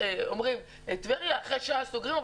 אומרים: טבריה אחרי שעה סוגרים,